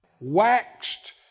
Waxed